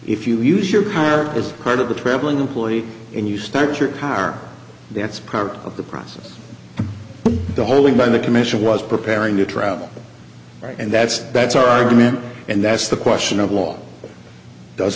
if you use your power as part of the traveling employee and you start your car that's part of the process the holding by the commission was preparing to travel and that's that's our argument and that's the question of all does